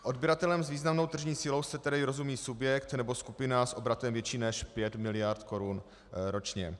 Odběratelem s významnou tržní silou se tedy rozumí subjekt nebo skupina s obratem větším než 5 mld. korun ročně.